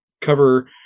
cover